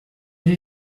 lhe